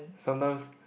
sometimes